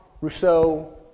Rousseau